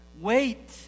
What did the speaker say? wait